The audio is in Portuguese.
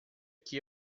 que